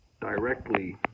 directly